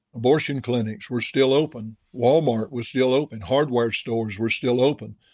abortion clinics were still open. walmart was still open. hardware stores were still open.